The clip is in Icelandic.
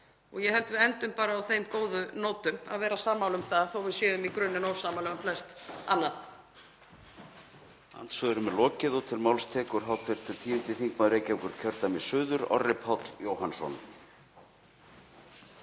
Ég held að við endum bara á þeim góðu nótum að vera sammála um það, þó að við séum í grunninn ósammála um flest annað.